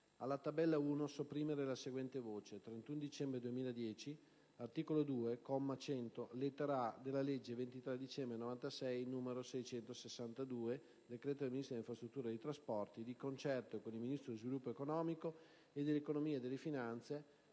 Alla Tabella 1, sopprimere le seguenti voci: «31 dicembre 2010 articolo 2, comma 100, lettera *a)*, della legge 23 dicembre 1996, n. 662 decreto del Ministro delle infrastrutture e dei trasporti, di concerto con il Ministro dello sviluppo economico e dell'economia e delle finanze